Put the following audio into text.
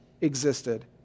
existed